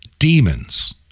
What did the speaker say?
Demons